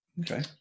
Okay